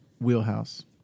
wheelhouse